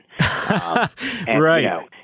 Right